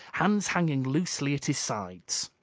hands hanging loosely at his sides.